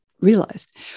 realized